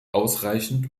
ausreichend